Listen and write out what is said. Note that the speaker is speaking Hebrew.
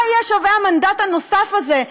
מה יהיה שווה המנדט הנוסף הזה,